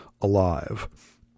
alive